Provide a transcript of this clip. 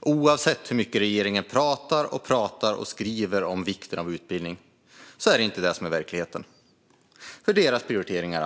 Oavsett hur mycket regeringen pratar och skriver om vikten av utbildning är det inte verkligheten, för de har andra prioriteringar.